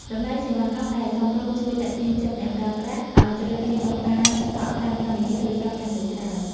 តម្លៃសេវាកម្មដែលសមរម្យជួយទាក់ទាញចិត្តអ្នកប្រើប្រាស់ឱ្យជ្រើសរើសយកការកក់តាមកម្មវិធីទូរស័ព្ទកាន់តែច្រើន។